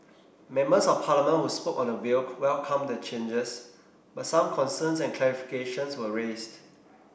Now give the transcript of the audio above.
members of Parliament who spoke on the bill welcomed the changes but some concerns and clarifications were raised